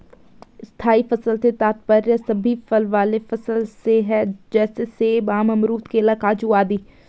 स्थायी फसल से तात्पर्य सभी फल वाले फसल से है जैसे सेब, आम, अमरूद, केला, काजू आदि